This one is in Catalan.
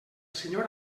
senyor